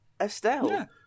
Estelle